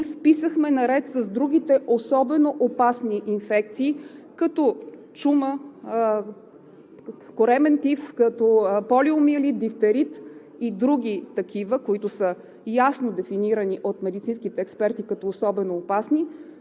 вписахме, наред с другите особено опасни инфекции, като чума, коремен тиф, като полиомиелит, дифтерит и други такива, които са ясно дефинирани от медицинските експерти като особено опасни,